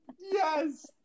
Yes